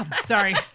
Sorry